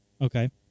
Okay